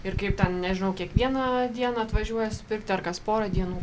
ir kaip ten nežinau kiekvieną dieną atvažiuoja supirkti ar kas porą dienų